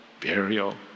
burial